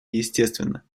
естественно